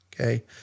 okay